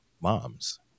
mom's